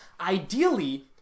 Ideally